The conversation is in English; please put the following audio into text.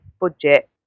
budget